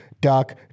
duck